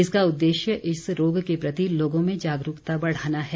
इसका उद्देश्य इस रोग के प्रति लोगों में जागरूकता बढ़ाना है